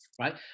right